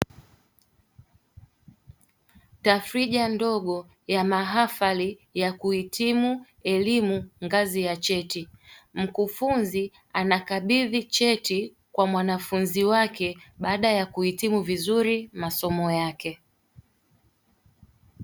Tafrija ndogo ya mahafali ya kuhitimu elimu ngazi ya cheti, mkufunzi anakabidhi cheti kwa mwanafunzi wake baada ya kuhitimu vizuri masomo yake.